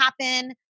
happen